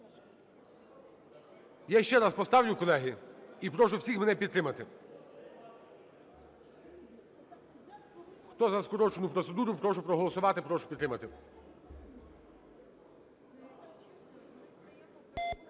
Я ще раз поставлю, колеги, і прошу всіх мене підтримати. Хто за скорочену процедуру, прошу проголосувати, прошу підтримати.